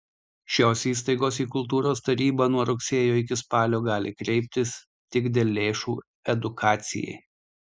šios įstaigos į kultūros tarybą nuo rugsėjo iki spalio gali kreiptis tik dėl lėšų edukacijai